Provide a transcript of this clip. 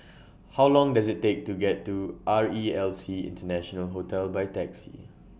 How Long Does IT Take to get to R E L C International Hotel By Taxi